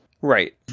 Right